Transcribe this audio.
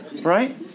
Right